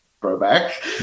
throwback